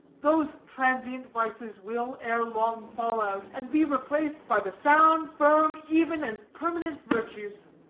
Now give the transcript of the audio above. those transient vices will, ere long, fall out, and be replaced by the sound, firm, even and permanent virtues.